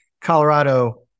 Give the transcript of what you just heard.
Colorado